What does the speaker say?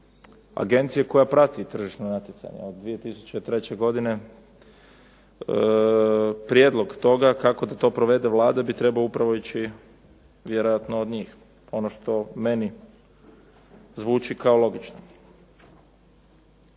agencije koja prati tržišno natjecanje od 2003. godine. Prijedlog toga kako da to provede Vlada bi trebao upravo ići vjerojatno od njih, ono što meni zvuči kao logično.